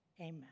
amen